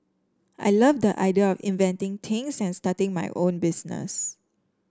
I love the idea of inventing things and starting my own business